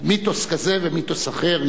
מיתוס כזה ומיתוס אחר.